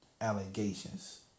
Allegations